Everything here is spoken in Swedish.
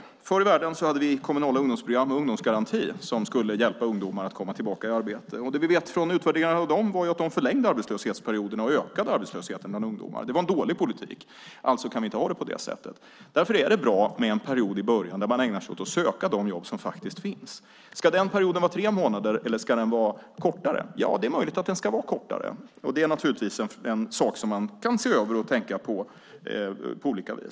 Förr i världen hade vi kommunala ungdomsprogram och ungdomsgarantier som skulle hjälpa ungdomar att komma tillbaka i arbete. Det vi vet från utvärderingar av dem är att de förlängde arbetslöshetsperioderna och ökade arbetslösheten bland ungdomar. Det var en dålig politik. Alltså kan vi inte ha det på det sättet. Därför är det bra med en period i början där man ägnar sig åt att söka de jobb som faktiskt finns. Ska den perioden vara tre månader, eller ska den vara kortare? Ja, det är möjligt att den ska vara kortare. Det är naturligtvis en sak som man på olika vis kan se över och tänka på.